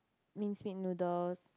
minced meat noodles